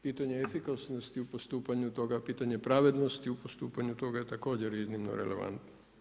Pitanje efikasnosti u postupanju toga, pitanje pravednosti u postupanju toga je također iznimno relevantno.